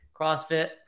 CrossFit